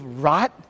rot